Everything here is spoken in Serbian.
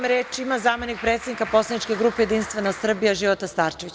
Reč ima zamenik predsednika poslaničke grupe Jedinstvena Srbija, Života Starčević.